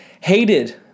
hated